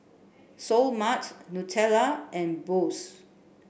Seoul Mart Nutella and Bose